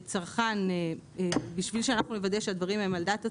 בשביל שאנחנו נוודא שהדברים הם על דעת הצרכן,